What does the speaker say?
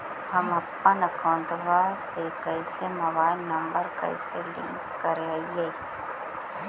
हमपन अकौउतवा से मोबाईल नंबर कैसे लिंक करैइय?